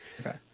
Okay